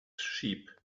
sheep